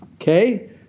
Okay